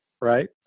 right